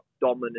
dominant